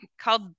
called